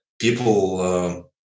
people